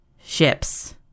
ships